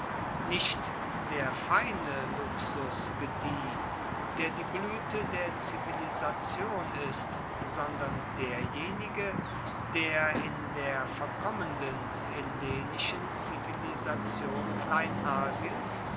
nicht der feine luxus gedieh der die blüte der zivilisation ist sondern derjenige der in der verkommenden hellenischen zivilisation